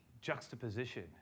juxtaposition